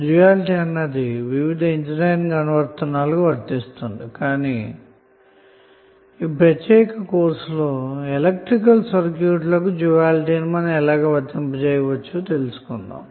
duality అన్నది వివిధ engineering అనువర్తనాలకు వర్తిస్తుంది కాని ఈ ప్రత్యేక కోర్సులో ఎలక్ట్రికల్ సర్క్యూట్ లకు డ్యూయాలిటీ ని ఎలాగ వర్తింపచేయవచ్చో తెలుసుకుందాము